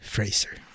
Fraser